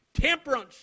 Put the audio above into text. temperance